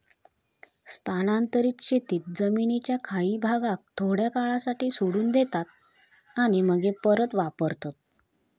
स्थानांतरीत शेतीत जमीनीच्या काही भागाक थोड्या काळासाठी सोडून देतात आणि मगे परत वापरतत